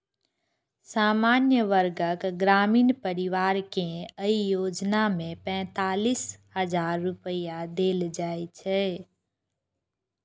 सामान्य वर्गक ग्रामीण परिवार कें अय योजना मे पैंतालिस हजार रुपैया देल जाइ छै